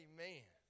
Amen